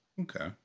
Okay